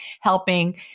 helping